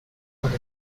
hurry